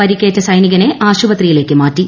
പരിക്കേറ്റ സൈനികനെ ആശുപത്രിയിലേക്ക് മാറ്റി